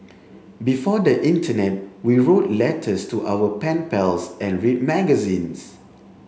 before the internet we wrote letters to our pen pals and read magazines